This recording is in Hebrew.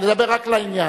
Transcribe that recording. לדבר רק לעניין.